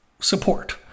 support